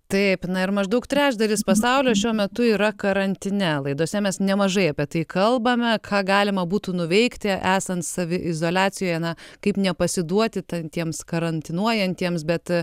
taip na ir maždaug trečdalis pasaulio šiuo metu yra karantine laidose mes nemažai apie tai kalbame ką galima būtų nuveikti esant saviizoliacijoje na kaip nepasiduoti ten tiems karantinuojantiems bet